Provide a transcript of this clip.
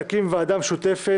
מוצע להקים ועדה משותפת